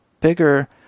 bigger